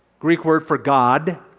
greek word for god.